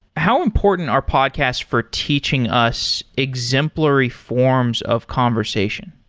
how important are podcast for teaching us exemplary forms of conversation?